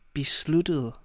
besluttet